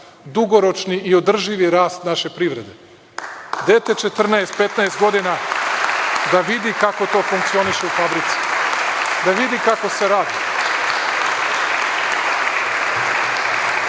dugoročni i održivi rast naše privrede. Dete od 14, 15 godina da vidi kako to funkcioniše u fabrici, da vidi kako se radi. Ljudi